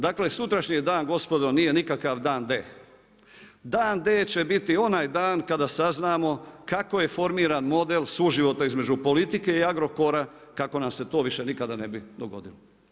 Dakle sutrašnji dan gospodo nije nikakav „dan D“, „dan D“ će biti onaj dan kada saznamo kako je formiran model suživota između politike i Agrokora, kako nam se to više nikada ne bi dogodilo.